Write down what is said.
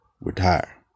retire